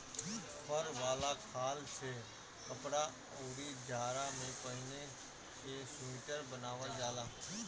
फर वाला खाल से कपड़ा, अउरी जाड़ा में पहिने के सुईटर बनावल जाला